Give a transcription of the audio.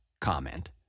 comment